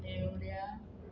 नेवर्यां